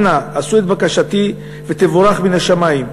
"אנא, עשו את בקשתי, ותבורך מן השמים.